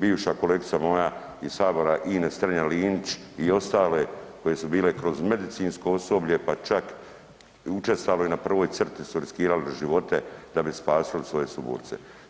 bivša kolegica moja iz sabora Ines Strenja Linić i ostale koje su bile kroz medicinsko osoblje, pa čak i učestalo je na prvoj crti su riskirali živote da bi spasili svoje živote.